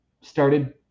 started